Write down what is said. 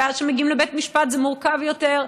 ועד שמגיעים לבית משפט זה מורכב יותר.